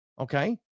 Okay